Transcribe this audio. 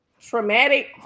traumatic